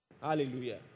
Hallelujah